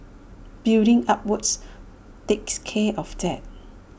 building upwards takes care of that